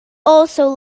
also